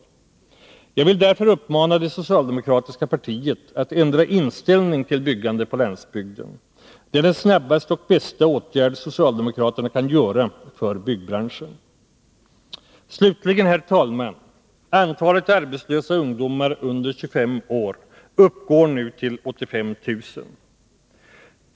Jag vill därför uppmana det socialdemokratiska partiet att ändra inställning till byggande på landsbygden. Det är den snabbaste och bästa åtgärd socialdemokraterna kan vidta för byggbranschen. Herr talman! Antalet arbetslösa ungdomar under 25 år uppgår nu till 85 000.